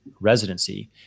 residency